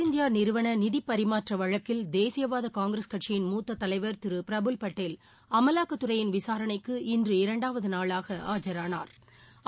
இண்டியாநிறுவனநிதிப்பரிமாற்றவழக்கில் தேசியவாதகாங்கிரஸ் கட்சியின் ஏர் முத்ததலைவர் திருபிரபுல் படேல் அமலாக்கத்துறையின் விசாரணைக்கு இன்று இரண்டாவதுநாளாகஆஜரானாா்